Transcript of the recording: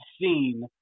seen